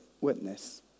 witness